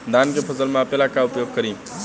धान के फ़सल मापे ला का उपयोग करी?